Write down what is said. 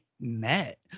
met